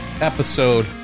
episode